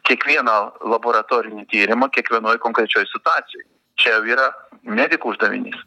kiekvieną laboratorinį tyrimą kiekvienoj konkrečioj situacijoj čia jau yra ne tik uždavinys